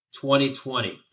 2020